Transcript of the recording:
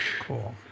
Cool